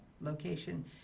location